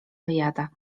wyjada